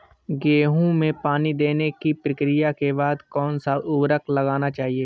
गेहूँ में पानी देने की प्रक्रिया के बाद कौन सा उर्वरक लगाना चाहिए?